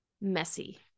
messy